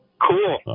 Cool